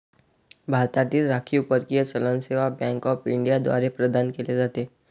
भारतातील राखीव परकीय चलन सेवा बँक ऑफ इंडिया द्वारे प्रदान केले जाते